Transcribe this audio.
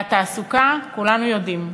והתעסוקה, כולנו יודעים,